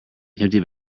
empty